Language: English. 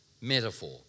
metaphor